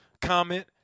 comment